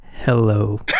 hello